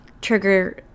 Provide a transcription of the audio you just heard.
trigger